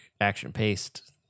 action-paced